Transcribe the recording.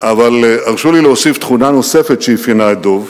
אבל הרשו לי להוסיף תכונה נוספת שאפיינה את דב,